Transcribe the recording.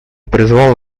призвал